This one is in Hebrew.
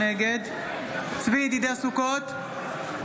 נגד צבי ידידיה סוכות,